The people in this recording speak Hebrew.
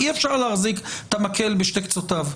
אי אפשר להחזיק את המקל בשתי קצותיו.